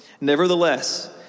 Nevertheless